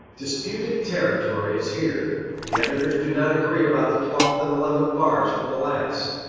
disputed territory is here the editors do not agree about the twelfth and eleventh bars from the last.